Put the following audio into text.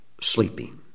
sleeping